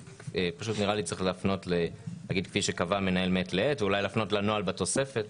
נראה לי שצריך לומר כפי שקבע המנהל מעת לעת ואולי להפנות לנוהל בתוספת.